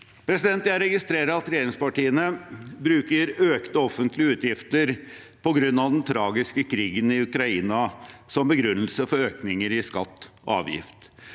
Jeg registrerer at regjeringspartiene bruker økte offentlige utgifter på grunn av den tragiske krigen i Ukraina som begrunnelse for økninger i skatter og avgifter,